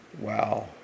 wow